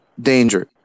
danger